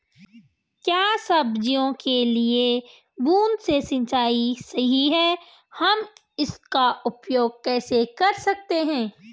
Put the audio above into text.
क्या सब्जियों के लिए बूँद से सिंचाई सही है हम इसका उपयोग कैसे कर सकते हैं?